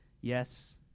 yes